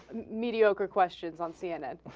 mediocre questions on c and and